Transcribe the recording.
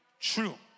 true